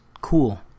cool